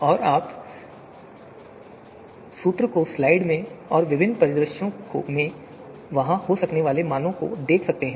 और आप सूत्र को स्लाइड में और विभिन्न परिदृश्यों में और वहां हो सकने वाले मानों को देख सकते हैं